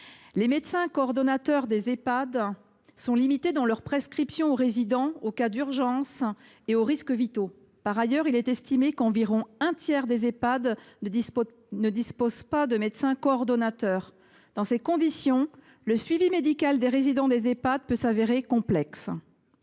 âgées dépendantes (Ehpad) sont limités dans leur prescription aux résidents aux cas d’urgence et aux risques vitaux. Par ailleurs, on estime qu’environ un tiers des Ehpad ne disposent pas de médecin coordonnateur. Dans ces conditions, le suivi médical de leurs résidents peut s’avérer complexe.